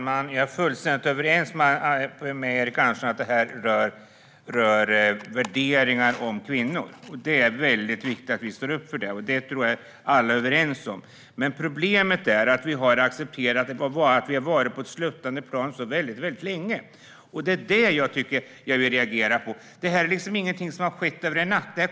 Herr talman! Jag är fullständigt överens med Erik Andersson om att detta rör värderingar om kvinnor. Det är väldigt viktigt att vi står upp för dem; det är nog alla överens om. Men problemet är att vi har befunnit oss på ett sluttande plan så länge. Det är det som jag reagerar emot. Detta har liksom inte skett över en natt.